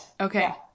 okay